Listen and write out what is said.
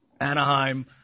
Anaheim